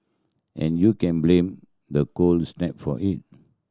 and you can blame the cold snap for it